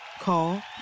Call